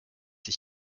sich